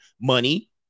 Money